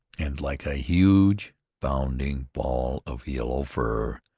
and, like a huge bounding ball of yellow fur,